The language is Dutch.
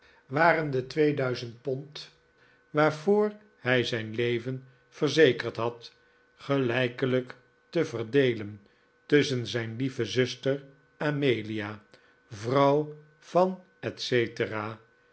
waren de twee duizend pond waarvoor hij zijn leven verzekerd had gelijkelijk te verdeelen tusschen zijn lieve zuster amelia vrouw van etc